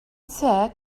said